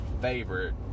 favorite